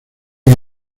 que